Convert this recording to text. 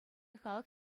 халӑх